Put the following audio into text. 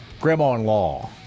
Grandma-in-law